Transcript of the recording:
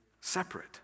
separate